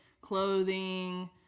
clothing